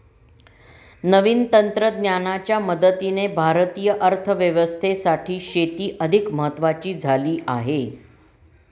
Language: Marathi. नवीन तंत्रज्ञानाच्या मदतीने भारतीय अर्थव्यवस्थेसाठी शेती अधिक महत्वाची झाली आहे